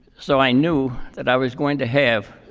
so i knew that i was going to have